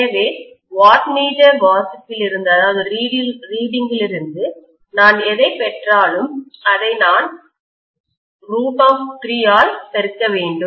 எனவே வாட்மீட்டர் வாசிப்பிலிருந்து நான் எதைப் பெற்றாலும் அதை நான் 3 ஆல் பெருக்க வேண்டும்